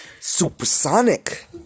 Supersonic